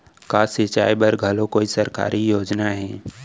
का सिंचाई बर घलो कोई सरकारी योजना हे?